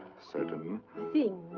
certain? things.